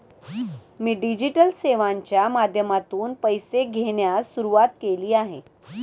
मी digital सेवांच्या माध्यमातून पैसे घेण्यास सुरुवात केली आहे